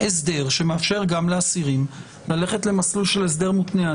הסדר שמאפשר גם לאסירים ללכת למסלול של הסדר מותנה.